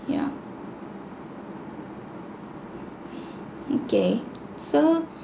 yeah okay so